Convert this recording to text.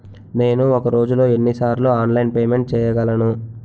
నేను ఒక రోజులో ఎన్ని సార్లు ఆన్లైన్ పేమెంట్ చేయగలను?